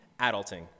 adulting